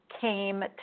came